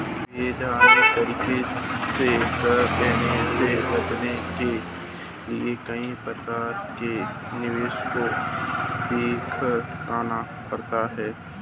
वैधानिक तरीके से कर देने से बचने के लिए कई प्रकार के निवेश को दिखलाना पड़ता है